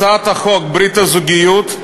הצעת חוק ברית הזוגיות,